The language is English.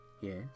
Yes